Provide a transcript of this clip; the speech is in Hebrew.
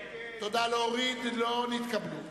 מי נמנע?